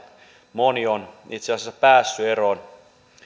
moni on itse asiassa päässyt eroon